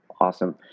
Awesome